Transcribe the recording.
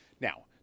Now